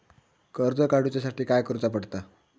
कर्ज काडूच्या साठी काय करुचा पडता?